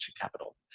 capital